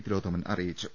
തിലോത്തമൻ അറി യിച്ചു